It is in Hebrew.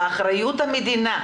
באחריות המדינה,